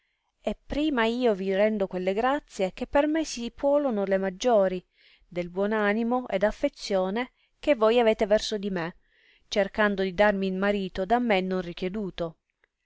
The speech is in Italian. e prima io vi rendo quelle grazie che per me si puolono le maggiori del buon animo ed affezione che voi avete verso di me cercando di darmi marito da me non richieduto